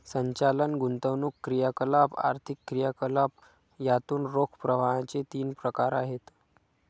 संचालन, गुंतवणूक क्रियाकलाप, आर्थिक क्रियाकलाप यातून रोख प्रवाहाचे तीन प्रकार आहेत